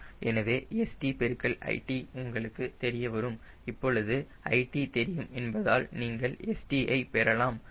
எனவே St பெருக்கல் lt உங்களுக்கு தெரியவரும் இப்பொழுது lt தெரியும் என்பதால் நீங்கள் St ஐ பெறலாம்